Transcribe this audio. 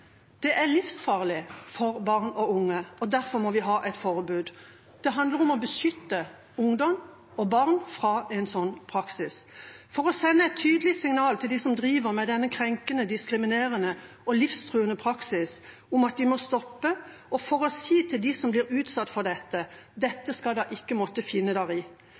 Det er livsfarlig for barn og unge, derfor må vi ha et forbud. Det handler om å beskytte ungdom og barn fra en sånn praksis – for å sende et tydelig signal til dem som driver med denne krenkende, diskriminerende og livstruende praksis om at de må stoppe, og for å si til dem som blir utsatt for dette: Dette skal dere ikke måtte finne dere i.